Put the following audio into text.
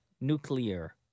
Nuclear